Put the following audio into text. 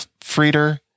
Frieder